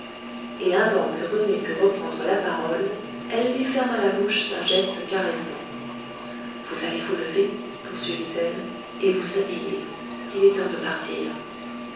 et avant que rené pût reprendre la parole elle lui ferma la bouche d'un geste caressant vous allez vous lever poursuivit-elle et vous habiller il est temps de partir